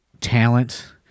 talent